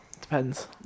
depends